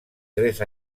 tres